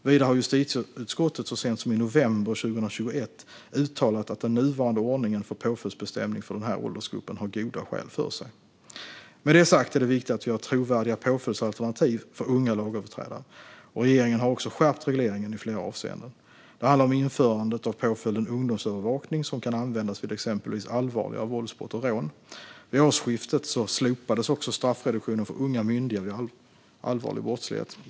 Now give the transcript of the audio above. Vidare har justitieutskottet så sent som i november 2021 uttalat att den nuvarande ordningen för påföljdsbestämning för den här åldersgruppen har goda skäl för sig. Med det sagt är det viktigt att vi har trovärdiga påföljdsalternativ för unga lagöverträdare, och regeringen har också skärpt regleringen i flera avseenden. Det handlar om införandet av påföljden ungdomsövervakning som kan användas vid exempelvis allvarligare våldsbrott och rån. Vid årsskiftet slopades också straffreduktionen för unga myndiga vid allvarlig brottslighet.